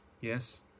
Yes